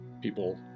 people